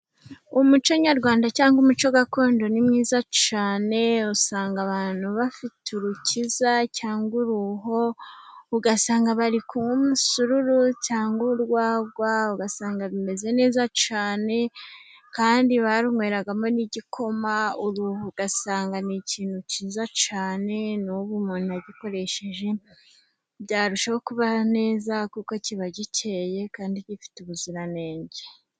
Umuco nyarwanda cyangwa umuco gakondo ni mwiza cyane, usanga abantu bafite urukiza cyangwa uruho, ugasanga bari kunywa umusururu cyangwa urwagwa, ugasanga bimeze neza cyane. Kandi barunyweragamo n'igikoma, uruho ugasanga ni ikintu cyiza cyane. N'ubu umuntu arukoresheje byarushaho kuba byiza, kuko ruba rukeye kandi rufite ubuziranenge.